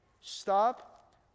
Stop